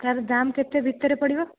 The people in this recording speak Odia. ତାର ଦାମ୍ କେତେ ଭିତରେ ପଡ଼ିବ